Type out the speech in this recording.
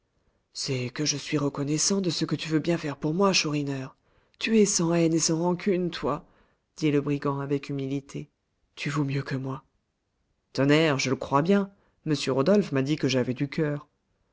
c'est que je suis reconnaissant de ce que tu veux bien faire pour moi chourineur tu es sans haine et sans rancune toi dit le brigand avec humilité tu vaux mieux que moi tonnerre je le crois bien m rodolphe m'a dit que j'avais du coeur